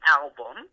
album